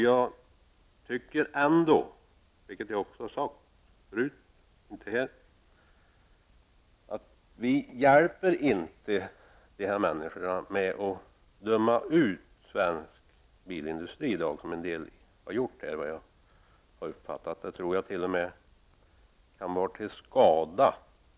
Jag tycker ändå att de här människorna inte blir hjälpta genom att man dömer ut svensk bilindustri, vilket en del här har gjort enligt vad jag har uppfattat. Jag tror t.o.m. att det kan vara till skada.